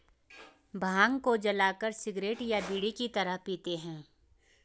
भांग को जलाकर सिगरेट या बीड़ी की तरह पीते हैं